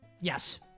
Yes